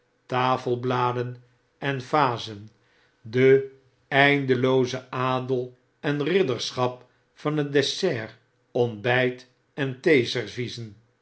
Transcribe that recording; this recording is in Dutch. paneelen tafelbladen en vazen die eindelooze adel en ridderschap van het dessert ontbijt en